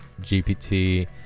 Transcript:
GPT